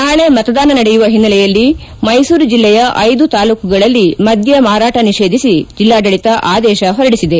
ನಾಳಿ ಮತದಾನ ನಡೆಯುವ ಹಿನ್ನೆಲೆಯಲ್ಲಿ ಮೈಸೂರು ಜಿಲ್ಲೆಯ ಐದು ತಾಲ್ಲೂಕುಗಳಲ್ಲಿ ಮದ್ದ ಮಾರಾಟ ನಿಷೇದಿಸಿ ಜೆಲ್ನಾಡಳಿತ ಆದೇಶ ಹೊರಡಿಸಿದೆ